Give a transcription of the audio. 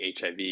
HIV